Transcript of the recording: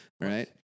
right